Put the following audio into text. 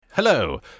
hello